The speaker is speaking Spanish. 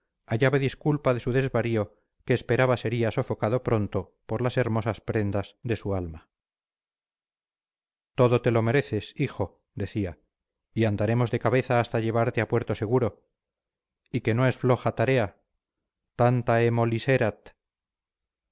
fernando hallaba disculpa de su desvarío que esperaba sería sofocado pronto por las hermosas prendas de su alma todo te lo mereces hijo decía y andaremos de cabeza hasta llevarte a puerto seguro y que no es floja tarea tant molis